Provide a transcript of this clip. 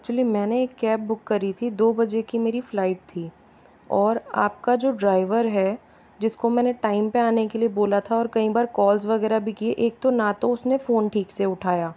actually मैंने एक cab book करी थी दो बजे की मेरी फ्लाइट थी और आप का जो ड्राइवर है जिसको मैंने टाइम पे आने के लिए बोला था और कई बार कॉल्स वगैरह भी किए एक तो ना तो उस ने फ़ोन ठीक से उठाया